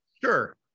Sure